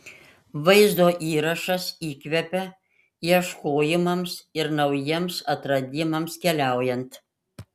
vaizdo įrašas įkvepia ieškojimams ir naujiems atradimams keliaujant